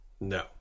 No